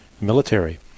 military